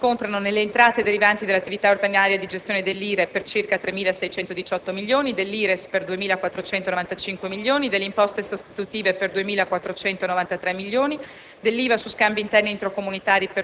le variazioni positive più ingenti si riscontrano nelle entrate derivanti dall'attività ordinaria di gestione dell'IRE per circa 3.618 milioni, dell'IRES per circa 2.495 milioni, delle imposte sostitutive per circa 2.493 milioni,